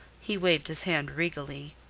he waved his hand regally.